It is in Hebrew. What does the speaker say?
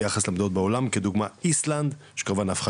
ביחס למדינות בעולם כדוגמה איסלנד שהפכה